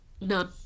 None